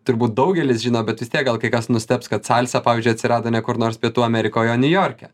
turbūt daugelis žino bet vis tiek gal kai kas nustebs kad salsa pavyzdžiui atsirado ne kur nors pietų amerikoj o niujorke